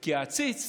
כי העציץ